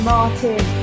Martin